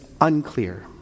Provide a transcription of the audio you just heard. unclear